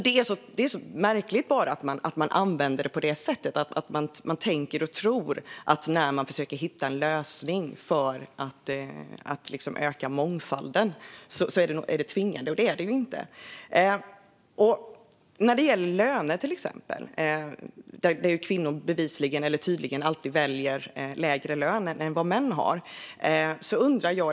Det är märkligt att det används på detta sätt, som om det skulle vara tvingande när man försöker att hitta en lösning för att öka mångfalden. Det är det ju inte. Kvinnor väljer tydligen alltid lägre lön än vad män har.